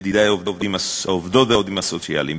ידידי העובדות והעובדים הסוציאליים,